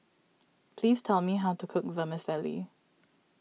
please tell me how to cook Vermicelli